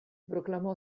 proclamò